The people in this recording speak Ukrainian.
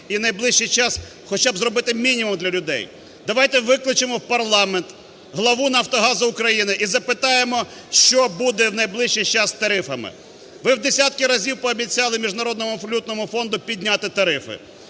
і в найближчий час хоча б зробити мінімум для людей. Давайте викличемо в парламент главу "Нафтогазу України" і запитаємо, що буде в найближчий час з тарифами. Ви в десятки разів пообіцяли Міжнародному валютному фонду підняти тарифи.